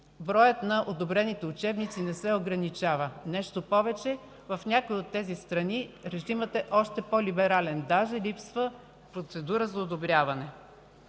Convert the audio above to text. броят на одобрените учебници не се ограничава. Нещо повече, в някои от тези страни режимът е още по-либерален – даже липсва процедура за одобряване.